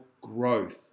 growth